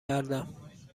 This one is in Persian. کردم